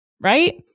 right